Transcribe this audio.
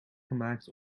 gemaakt